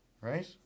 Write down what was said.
right